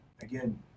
again